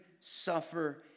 suffer